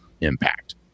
impact